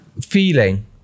feeling